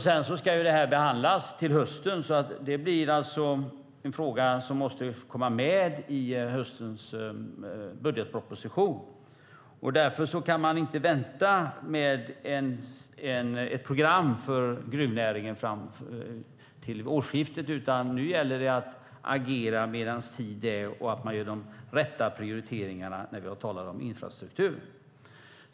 Sedan ska det här behandlas till hösten, så det blir en fråga som måste komma med i höstens budgetproposition. Därför kan man inte vänta med ett program för gruvnäringen till årsskiftet, utan nu gäller det att agera medan tid är och att man gör de rätta prioriteringarna gällande infrastruktur.